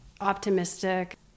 optimistic